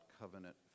covenant